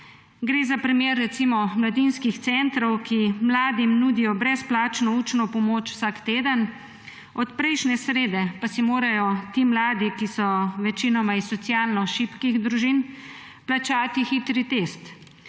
Gre za primer recimo mladinskih centrov, ki mladim nudijo brezplačno učno pomoč vsak teden. Od prejšnje srede pa si morajo ti mladi, ki so večinoma iz socialno šibkih družin, plačati hitri test,